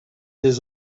des